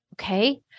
Okay